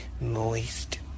Moist